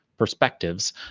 perspectives